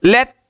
Let